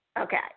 Okay